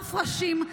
ערף ראשים,